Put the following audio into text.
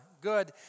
good